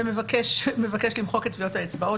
והוא מבקש למחוק את טביעות האצבעות